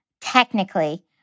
technically